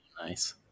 Nice